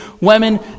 women